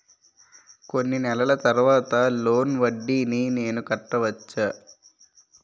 కొన్ని నెలల తర్వాత లోన్ వడ్డీని నేను కట్టవచ్చా?